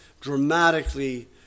dramatically